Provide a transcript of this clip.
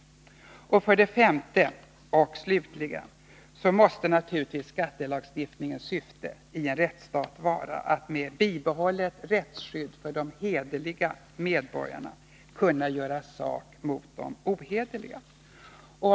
Slutligen, för det femte, måste naturligtvis skattelagstiftningens syfte i en rättsstat vara att med bibehållet rättsskydd för de hederliga medborgarna kunna göra sak mot de ohederliga.